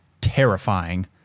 terrifying